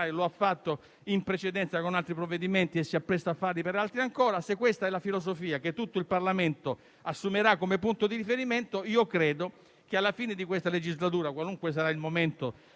lo ha fatto in precedenza, con altri provvedimenti, e si appresta a farlo per altri ancora. Se questa è la filosofia che tutto il Parlamento assumerà come punto di riferimento, credo che alla fine di questa legislatura - qualunque sarà il momento